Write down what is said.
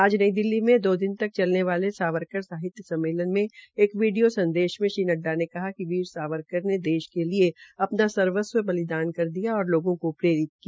आज नई दिल्ली में दो दिन चलने वाली सावरकर साहित्य सम्मेलन में एक वीडियो संदेश में श्री नड्डा ने कहा कि वीर सावरकर ने देश के लिए अपना सर्वस्व बलिदान कर दिया और लोगों को प्रेरित किया